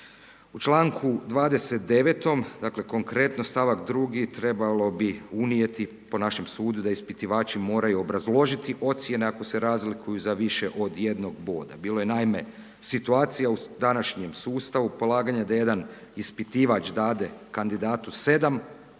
U čl. 29., dakle konkretno st. 2. trebalo bi unijeti po našem da sudu da ispitivači moraju obrazložiti ocjene ako se razlikuju za više od 1 boda. Bilo je naime situacija u današnjem sustavu polaganja da jedan ispitivač dade kandidatu 7